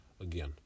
again